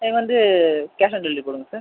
எனக்கு வந்து cash on delivery போடுங்கள் சார்